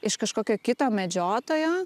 iš kažkokio kito medžiotojo